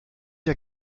der